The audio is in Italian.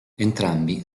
entrambi